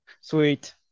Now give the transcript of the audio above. sweet